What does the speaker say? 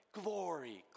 glory